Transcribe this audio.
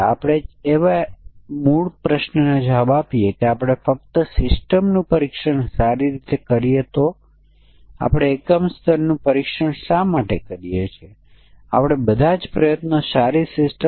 અને આપણે માન્ય સમકક્ષ વર્ગોની પણ જરૂર છે આપણી પાસે સંયોગ રુટ છે આપણી પાસે વાસ્તવિક અને કાલ્પનિક રુટ છે